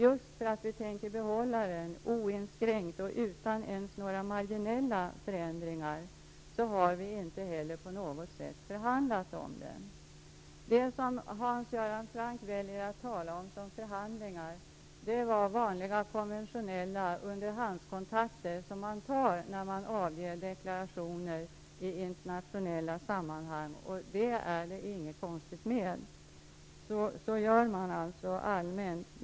Just för att vi tänker behålla den oinskränkt och utan ens marginella förändringar har vi inte på något sätt förhandlat om den. Det som Hans Göran Franck väljer att tala om som förhandlingar var vanliga, konventionella, underhandskontakter som man tar när man avger deklarationer i internationella sammanhang. Det är inget konstigt med det. Så gör man allmänt.